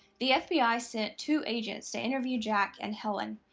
the fbi sent two agents to interview jack and helen.